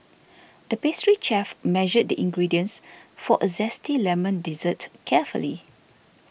the pastry chef measured the ingredients for a Zesty Lemon Dessert carefully